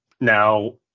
now